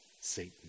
Satan